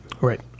Right